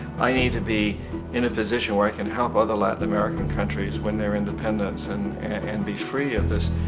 i need to be in a position where i can help other latin american countries win their independence and and and be free of this,